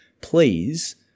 please